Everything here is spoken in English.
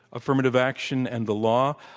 affirmative action and the law.